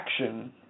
action